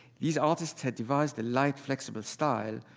these artists had devised a light flexible style,